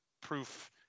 proof –